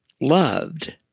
loved